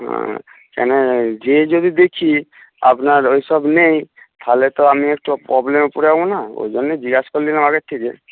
হ্যাঁ কেনে যেয়ে যদি দেখি আপনার ওইসব নেই তাহলে তো আমি একটু প্রব্লেমে পড়ে যাবো না ওইজন্যে জিজ্ঞেস করে নিলাম আগের থেকে